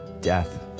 death